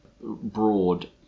broad